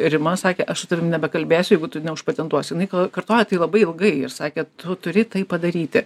rima sakė aš su tavim nebekalbėsiu jeigu tu neužpatentuosi jinai kartojo tai labai ilgai ir sakė tu turi tai padaryti